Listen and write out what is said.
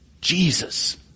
Jesus